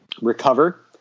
Recover